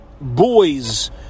boys